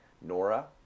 Nora